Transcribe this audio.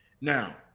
now